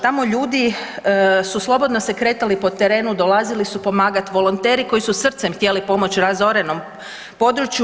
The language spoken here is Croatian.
Tamo ljudi su slobodno se kretali po terenu, dolazili su pomagati volonteri koji su srcem htjeli pomoć razorenom području.